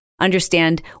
understand